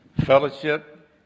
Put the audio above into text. fellowship